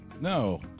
No